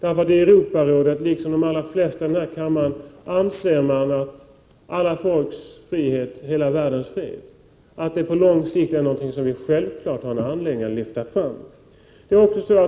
I Europarådet anser man, liksom de flesta i denna kammare, nämligen att alla folks frihet är hela världens frihet och att det på lång sikt är något som vi självklart har anledning att lyfta fram.